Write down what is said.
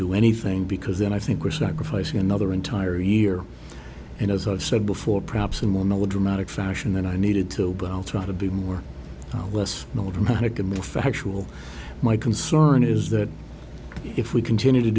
do anything because then i think we're sacrificing another entire year and as i've said before perhaps a more melodramatic fashion than i needed to but i'll try to be more or less melodramatic and more factual my concern is that if we continue to